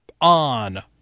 On